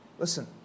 Listen